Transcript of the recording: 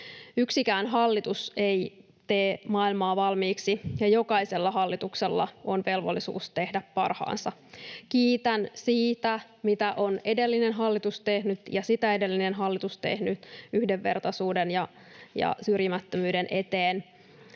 Yksikään hallitus ei tee maailmaa valmiiksi, ja jokaisella hallituksella on velvollisuus tehdä parhaansa. Kiitän siitä, mitä edellinen hallitus on tehnyt ja sitä edellinen hallitus tehnyt yhdenvertaisuuden ja syrjimättömyyden eteen.